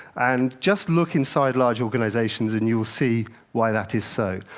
and just look inside large organizations and you'll see why that is so.